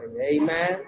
Amen